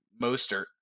Mostert